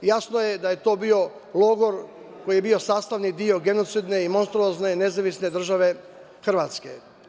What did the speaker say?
Jasno je da je to bio logor koji je bio sastavni deo genocidne i monstruozne Nezavisne Države Hrvatske.